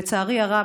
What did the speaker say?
לצערי הרב,